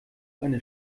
eine